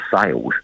sales